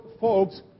folks